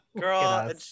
girl